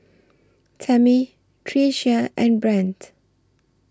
Tammi Tricia and Brandt